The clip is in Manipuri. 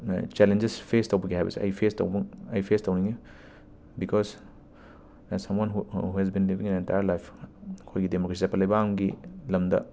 ꯆꯦꯂꯦꯟꯖꯦꯁ ꯐꯦꯁ ꯇꯧꯕꯒꯦ ꯍꯥꯏꯕꯁꯦ ꯑꯩ ꯐꯦꯁ ꯇꯧꯕ ꯑꯩ ꯐꯦꯁ ꯇꯧꯅꯤꯡꯏ because as someone who has been ꯂꯤꯕꯤꯡ ꯑꯦꯟ ꯑꯦꯟꯇꯥꯌꯔ ꯂꯥꯏꯐ ꯑꯩꯈꯣꯏꯒꯤ ꯗꯦꯃꯣꯀ꯭ꯔꯦꯁꯤ ꯆꯠꯄ ꯂꯩꯕꯥꯛ ꯑꯝꯒꯤ ꯂꯝꯗ